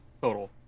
Total